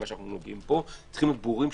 צריכים להיות ברורים,